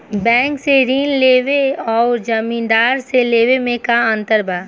Bank से ऋण लेवे अउर जमींदार से लेवे मे का अंतर बा?